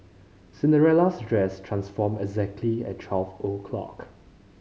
Cinderella's dress transformed exactly at twelve o'clock